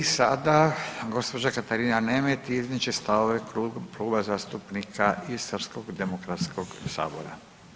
I sada gospođa Katarina Nemet iznijet će stavove Kluba zastupnika Istarskog Demokratskog Sabora.